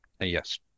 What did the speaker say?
Yes